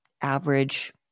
average